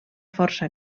força